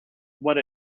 what